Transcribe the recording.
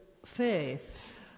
faith